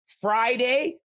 friday